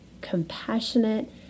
compassionate